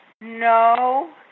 No